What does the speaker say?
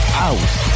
house